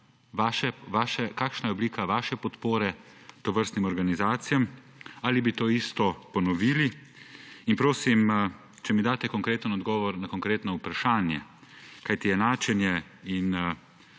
Kakšna je oblika vaše podpore tovrstnim organizacijam? Ali bi to isto ponovili? Prosim, če mi daste konkreten odgovor na konkretno vprašanje, kajti enačenje in